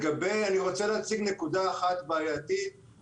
אני רוצה להציג נקודה אחת בעייתית,